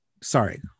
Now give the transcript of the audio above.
Sorry